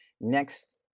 next